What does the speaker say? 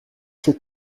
ces